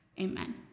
Amen